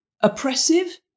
oppressive